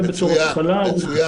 זה בתור התחלה -- מצוין.